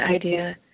idea